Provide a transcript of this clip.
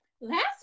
Last